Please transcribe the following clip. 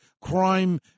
crime